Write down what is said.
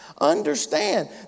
Understand